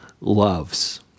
loves